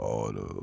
اور